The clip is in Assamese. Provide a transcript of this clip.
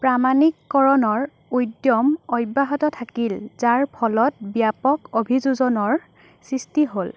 প্ৰামাণিককৰণৰ উদ্যম অব্যাহত থাকিল যাৰ ফলত ব্যাপক অভিযোজনৰ সৃষ্টি হ'ল